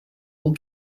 will